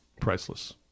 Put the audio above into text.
Priceless